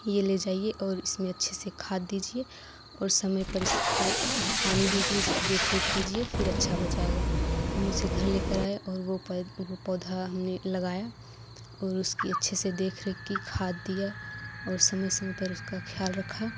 ये ले जाइए और इसमें अच्छे से खाद दीजिए और समय पर इसको पानी दीजिए इसकी देख रेख कीजिए फिर अच्छा हो जाएगा हम उसे घर लेकर आए और वो पो पौधा हमने लगाया और उसकी अच्छे से देख रेख की खाद दिया और समय समय पर उसका ख्याल रखा